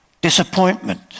disappointment